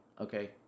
okay